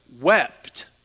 wept